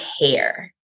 care